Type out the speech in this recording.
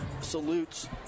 salutes